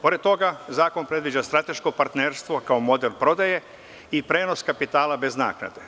Pored toga Zakon predviđa strateško partnerstvo kao model prodaje i prenos kapitala bez naknade.